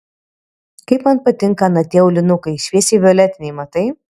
kaip man patinka ana tie aulinukai šviesiai violetiniai matai